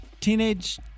Teenage